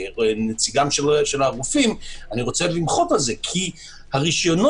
כנציגם של הגופים אני רוצה למחות על זה כי הרשיונות